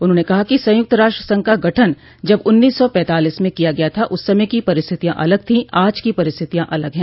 उन्होंने कहा कि संयुक्त राष्ट्र संघ का गठन जब उन्नीस सौ पैतालिस में किया गया था उस समय की परिस्थितियां अलग थीं आज परिस्थितियां अलग हैं